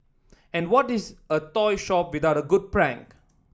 and what is a toy shop without a good prank